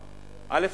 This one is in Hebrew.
א.